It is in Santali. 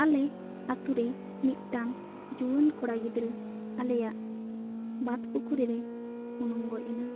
ᱟᱞᱮ ᱟᱛᱳ ᱨᱮ ᱢᱤᱫ ᱴᱟᱱ ᱡᱩᱣᱟᱹᱱ ᱠᱚᱲᱟ ᱜᱤᱫᱽᱨᱟᱹ ᱟᱞᱮᱭᱟᱜ ᱵᱟᱸᱫᱽ ᱯᱩᱠᱷᱨᱤ ᱨᱮ ᱩᱱᱩᱢ ᱜᱚᱡ ᱮᱱᱟ